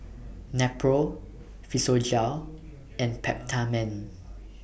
Nepro Physiogel and Peptamen